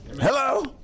Hello